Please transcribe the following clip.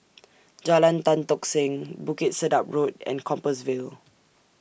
Jalan Tan Tock Seng Bukit Sedap Road and Compassvale